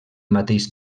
mateix